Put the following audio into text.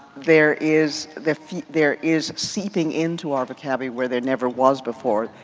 there is, there there is seeping into our vocabulary, where there never was before,